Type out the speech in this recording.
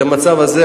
המצב הזה,